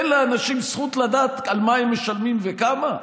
אין לאנשים זכות לדעת על מה הם משלמים וכמה?